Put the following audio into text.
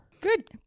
Good